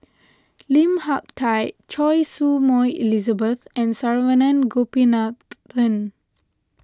Lim Hak Tai Choy Su Moi Elizabeth and Saravanan Gopinathan